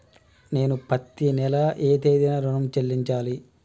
నేను పత్తి నెల ఏ తేదీనా ఋణం చెల్లించాలి?